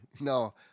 No